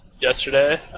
yesterday